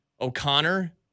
O'Connor